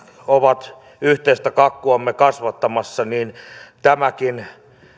ovat yhteistä kakkuamme kasvattamassa niin tämäkin